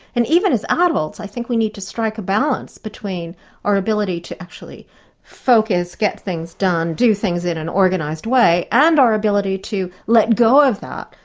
and even as adults, i think we need to strike a balance between our ability to actually focus, get things done, do things in an organised way, and our ability to let go of that,